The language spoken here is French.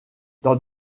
dans